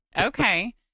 Okay